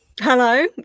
Hello